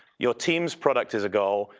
your team's product is a goal,